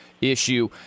issue